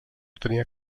tenia